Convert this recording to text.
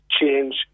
change